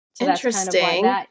Interesting